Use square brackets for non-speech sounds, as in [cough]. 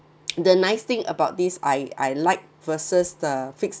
[noise] the nice thing about this I I liked versus the fix